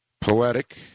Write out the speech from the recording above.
Poetic